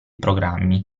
programmi